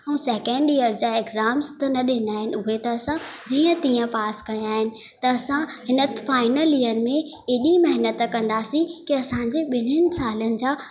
ऐं second year जा exams त न ॾिना आहिनि उहे त असां जीअं तीअं पास कया आहिनि त असां हिन फाइनल ईयर में एॾी महिनतु कंदासीं के असांजे ॿिनिनि सालनि जा